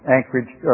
Anchorage